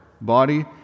body